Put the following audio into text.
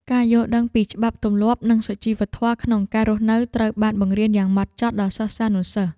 ការយល់ដឹងពីច្បាប់ទម្លាប់និងសុជីវធម៌ក្នុងការរស់នៅត្រូវបានបង្រៀនយ៉ាងម៉ត់ចត់ដល់សិស្សានុសិស្ស។